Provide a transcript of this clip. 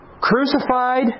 crucified